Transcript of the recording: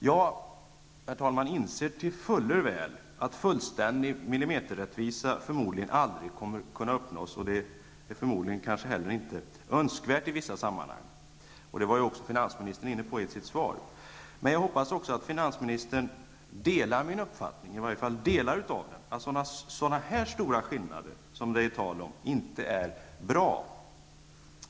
Jag inser fuller väl att millimeterrättvisa förmodligen aldrig kommer att kunna uppnås, och det är förmodligen inte heller önskvärt i vissa sammanhang -- det var också finansministern inne på i sitt svar. Men jag hoppas att finansministern delar min uppfattning att så stora skillnader som det här är tal om inte är bra.